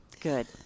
Good